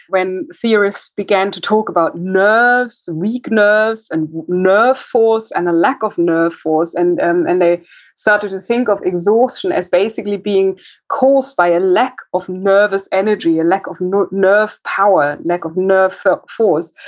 when theorist began to talk about nerves, weak nerves, and nerve force, and a lack of nerve force. and and and they started to think of exhaustion as basically being caused by a lack of nervous energy, a lack of nerve nerve power, a lack of nerve force.